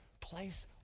place